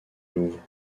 louvre